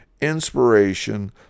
inspiration